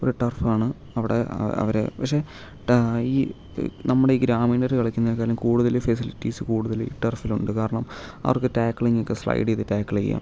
ഒരു ടർഫ് ആണ് അവിടെ അവരെ പക്ഷേ ട ഈ നമ്മുടെ ഈ ഗ്രാമീണർ കളിക്കുന്നതിനേക്കാൾ കൂടുതൽ ഫെസിലിറ്റീസ് കൂടുതൽ ടർഫിൽ ഉണ്ട് കാരണം അവർക്ക് ടാക്ലിങ്ങ് ഒക്കെ സ്ലൈഡ് ചെയ്ത് ടാക്കിൾ ചെയ്യാം